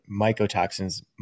mycotoxins